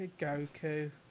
Goku